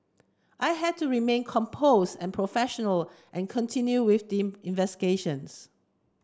I had to remain compose and professional and continue with the investigations